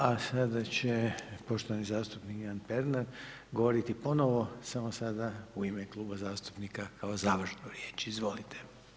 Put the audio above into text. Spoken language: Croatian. Hvala lijepa, a sada će poštovani zastupnik Ivan Pernar govoriti ponovo, samo sada u ime kluba zastupnika kao završnu riječ, izvolite.